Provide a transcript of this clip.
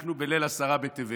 אנחנו בליל עשרה בטבת